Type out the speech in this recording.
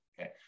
okay